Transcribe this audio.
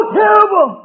terrible